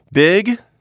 big,